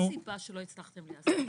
--- מה הסיבה שלא הצלחתם ליישם את החוק?